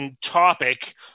topic